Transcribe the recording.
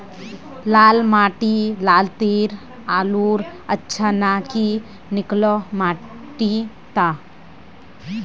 लाल माटी लात्तिर आलूर अच्छा ना की निकलो माटी त?